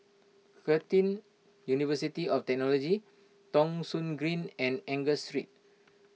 Curtin University of Technology Thong Soon Green and Angus Street